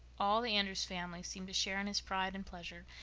all the andrews family seemed to share in his pride and pleasure,